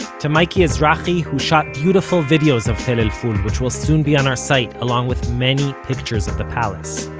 to mikey ezrachi, who shot beautiful videos of tell and el-ful, which will soon be on our site, along with many pictures of the palace.